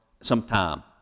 sometime